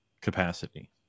capacity